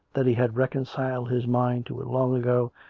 that he had reconciled his mind to it long ago,